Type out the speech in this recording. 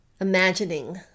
imagining